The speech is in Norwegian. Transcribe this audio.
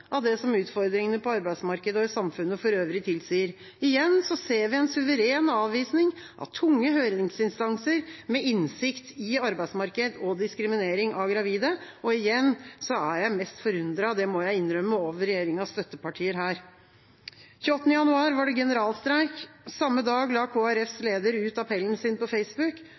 av det som utfordringene på arbeidsmarkedet og i samfunnet for øvrig tilsier. Igjen ser vi en suveren avvisning av tunge høringsinstanser med innsikt i arbeidsmarked og diskriminering av gravide, og igjen er jeg mest forundret – det må jeg innrømme – over regjeringas støttepartier her. 28. januar var det generalstreik. Samme dag la